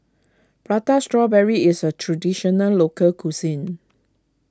Prata Strawberry is a Traditional Local Cuisine